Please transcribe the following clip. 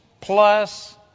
plus